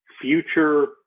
future